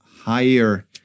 higher